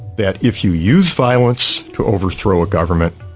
that if you use violence to overthrow a government,